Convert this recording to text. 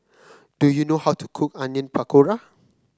do you know how to cook Onion Pakora